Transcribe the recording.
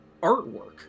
artwork